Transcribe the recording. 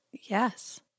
Yes